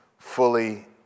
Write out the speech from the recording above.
fully